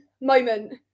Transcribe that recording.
moment